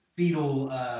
fetal